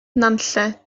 nantlle